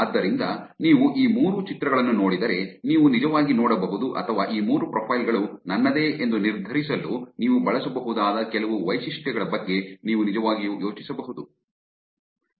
ಆದ್ದರಿಂದ ನೀವು ಈ ಮೂರು ಚಿತ್ರಗಳನ್ನು ನೋಡಿದರೆ ನೀವು ನಿಜವಾಗಿ ನೋಡಬಹುದು ಅಥವಾ ಈ ಮೂರು ಪ್ರೊಫೈಲ್ ಗಳು ನನ್ನದೇ ಎಂದು ನಿರ್ಧರಿಸಲು ನೀವು ಬಳಸಬಹುದಾದ ಕೆಲವು ವೈಶಿಷ್ಟ್ಯಗಳ ಬಗ್ಗೆ ನೀವು ನಿಜವಾಗಿಯೂ ಯೋಚಿಸಬಹುದು